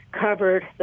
covered